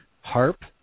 harp